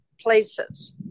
places